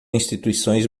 instituições